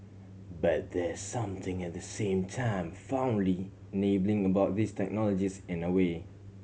but there's something at the same time fondly enabling about these technologies in a way